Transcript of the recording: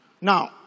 Now